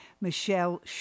Michelle